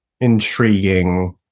intriguing